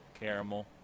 Caramel